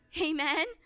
amen